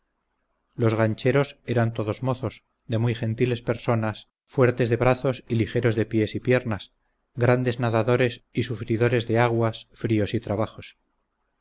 los gancheros eran todos mozos de muy gentiles personas fuertes de brazos y ligeros de pies y piernas grandes nadadores y sufridores de aguas fríos y trabajos